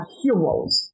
heroes